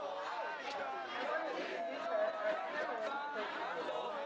ok. thank you. i want to introduce our our panelists for today.